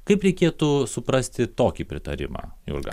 kaip reikėtų suprasti tokį pritarimą jurga